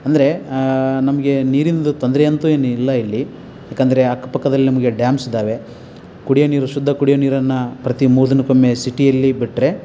ಅಂದರೆ ನಮಗೆ ನೀರಿಂದು ತೊಂದ್ರೆಯಂತೂ ಏನಿಲ್ಲ ಇಲ್ಲಿ ಏಕಂದ್ರೆ ಅಕ್ಕಪಕ್ದಲ್ಲಿ ನಮಗೆ ಡ್ಯಾಮ್ಸಿದ್ದಾವೆ ಕುಡಿಯೋ ನೀರು ಶುದ್ಧ ಕುಡಿಯೋ ನೀರನ್ನು ಪ್ರತಿ ಮೂರು ದಿನಕ್ಕೊಮ್ಮೆ ಸಿಟಿಯಲ್ಲಿ ಬಿಟ್ಟರೆ